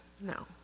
No